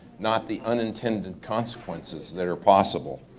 not the unintended consequences that are possible.